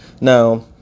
Now